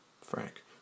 Frank